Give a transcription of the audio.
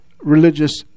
religious